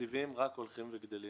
והתקציבים רק הולכים וגדלים.